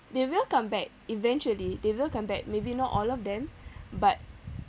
they will come back eventually they will come back maybe not all of them but